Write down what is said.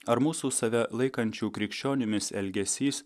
ar mūsų save laikančių krikščionimis elgesys